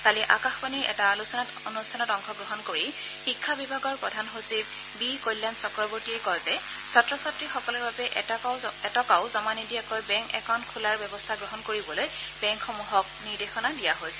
কালি আকাশবাণীৰ এটা আলোচনা অনুষ্ঠানত অংশগ্ৰহণ কৰি শিক্ষা বিভাগৰ প্ৰধান সচিব বি কল্যাণ চক্ৰৱৰ্তীয়ে কয় যে ছাত্ৰ ছাত্ৰীসকলৰ বাবে এটকাও জমা নিদিয়াকৈ বেংক একাউণ্ট খোলাৰ বাবে ব্যৱস্থা গ্ৰহণ কৰিবলৈ বেংকসমূহক নিৰ্দেশনা দিয়া হৈছে